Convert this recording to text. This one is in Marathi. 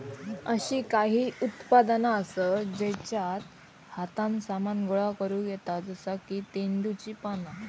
अशी काही उत्पादना आसत जेच्यात हातान सामान गोळा करुक येता जसा की तेंदुची पाना